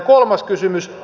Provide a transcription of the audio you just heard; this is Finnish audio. kolmas kysymys